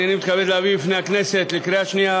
הנני מתכבד להביא בפני הכנסת לקריאה שנייה